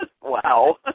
Wow